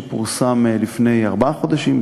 שפורסם לפני ארבעה חודשים,